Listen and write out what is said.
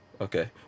Okay